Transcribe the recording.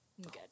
good